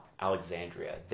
Alexandria